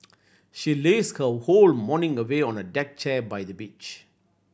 she lazed her whole morning away on a deck chair by the beach